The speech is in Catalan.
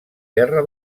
guerra